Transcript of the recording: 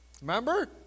Remember